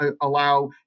allow